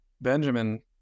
Benjamin